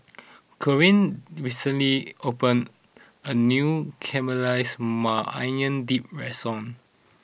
Corinne recently opened a new Caramelized Maui Onion Dip restaurant